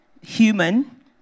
human